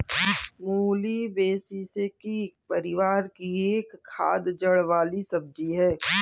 मूली ब्रैसिसेकी परिवार की एक खाद्य जड़ वाली सब्जी है